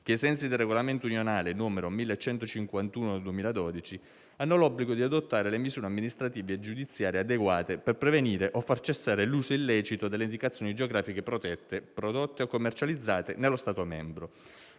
ai sensi del regolamento unionale n. 1151/2012 - che hanno l'obbligo di adottare le misure amministrative e giudiziarie adeguate per prevenire o far cessare l'uso illecito delle Indicazioni geografiche protette, prodotte o commercializzate nello Stato membro.